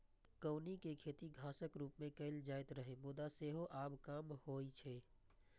कौनी के खेती घासक रूप मे कैल जाइत रहै, मुदा सेहो आब कम होइ छै